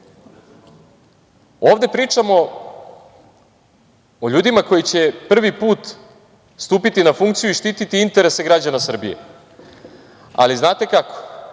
pričamo o ljudima koji će prvi put stupiti na funkciju i štititi interese građana Srbije. Ali, znate kako?